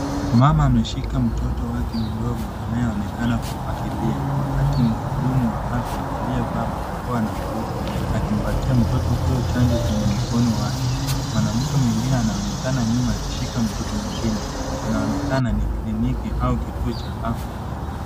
Mama ameshika mtoto wake mdogo anayeonekana akilia wakati mhudumu wa afya, aliyevaa barakoa na glovu akimpatia mtoto huyo chanjo kwenye mkono wake. Mwanamke mwingine anaonekana akishika mtoto mwingine. Inaonekana ni kliniki au kituo cha afya.